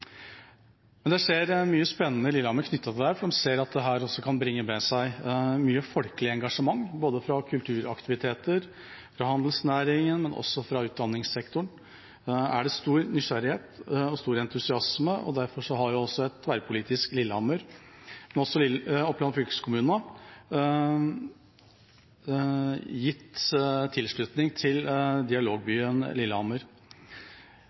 Det skjer mye spennende i Lillehammer knyttet til dette, for man ser at dette også kan bringe med seg mye folkelig engasjement. Fra kulturaktiviteter, fra handelsnæringen og også fra utdanningssektoren er det stor nysgjerrighet og stor entusiasme, og derfor har et tverrpolitisk Lillehammer, og også Oppland fylkeskommune, gitt tilslutning til Dialogbyen Lillehammer.